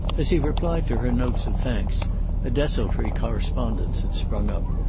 as he replied to her notes of thanks a desultory correspondence had sprung up,